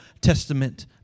Testament